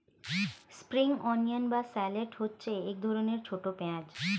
spring onion বা shallot হচ্ছে এক ধরনের ছোট পেঁয়াজ